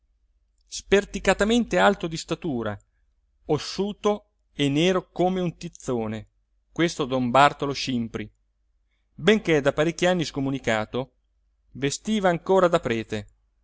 d'avvicinarlo sperticatamente alto di statura ossuto e nero come un tizzone questo don bartolo scimpri benché da parecchi anni scomunicato vestiva ancora da prete